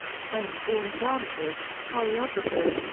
french born dancers, choreographers,